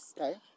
Okay